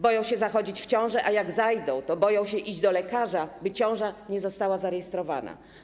Boją się zachodzić w ciążę, a gdy zajdą, to boją się iść do lekarza, by ciąża nie została zarejestrowana.